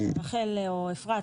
רחל או אפרת,